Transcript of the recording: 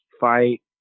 fight